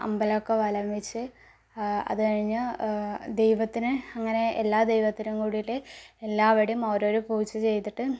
അമ്പലമൊക്കെ വലം വെച്ച് അത് കഴിഞ്ഞ് ദൈവത്തിന് അങ്ങനെ എല്ലാ ദൈവത്തിനും കൂടിയിട്ട് എല്ലാവിടെയും ഓരോരോ പൂജ ചെയ്തിട്ട്